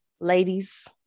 ladies